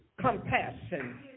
compassion